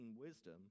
wisdom